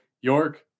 York